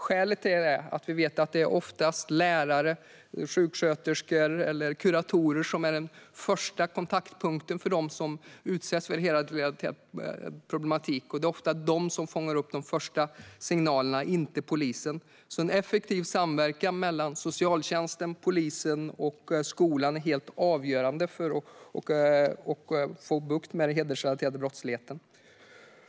Skälet är att vi vet att det oftast är lärare, sjuksköterskor eller kuratorer som är den första kontaktpunkten för dem som utsätts för hedersrelaterade problem. Det är ofta de som fångar upp de första signalerna, inte polisen. En effektiv samverkan mellan socialtjänsten, polisen och skolan är helt avgörande för att få bukt med den hedersrelaterade brottsligheten.